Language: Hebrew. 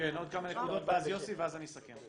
כן, עוד כמה נקודות ואז יוסי ואז אני אסכם.